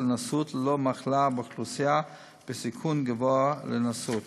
לנשאות ללא מחלה באוכלוסייה בסיכון גבוה לנשאות.